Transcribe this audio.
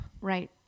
Right